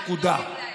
נקודה.